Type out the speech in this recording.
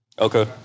Okay